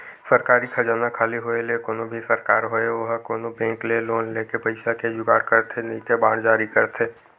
सरकारी खजाना खाली होय ले कोनो भी सरकार होय ओहा कोनो बेंक ले लोन लेके पइसा के जुगाड़ करथे नइते बांड जारी करथे